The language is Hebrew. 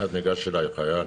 אז ניגש אליי חייל